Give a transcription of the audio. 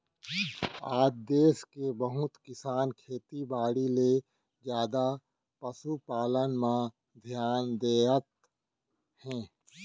आज देस के बहुत किसान खेती बाड़ी ले जादा पसु पालन म धियान देवत हें